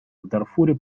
дарфуре